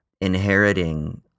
inheriting